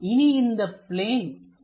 இனி இந்தப் பிளேன் நிலையாக இருக்கும்